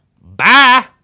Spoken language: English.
Bye